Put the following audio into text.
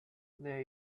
there